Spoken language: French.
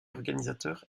organisateur